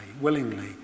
willingly